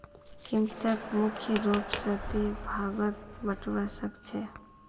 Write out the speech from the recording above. कीमतक मुख्य रूप स दी भागत बटवा स ख छ